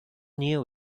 knew